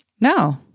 No